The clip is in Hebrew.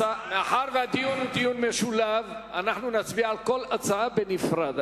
מאחר שהדיון משולב, נצביע על כל הצעת חוק בנפרד.